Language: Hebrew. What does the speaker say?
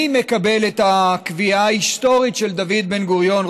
אני מקבל את הקביעה ההיסטורית של דוד בן-גוריון,